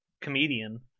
comedian